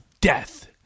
death